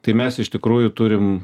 tai mes iš tikrųjų turim